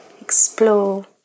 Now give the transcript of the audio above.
explore